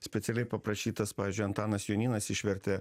specialiai paprašytas pavyzdžiui antanas jonynas išvertė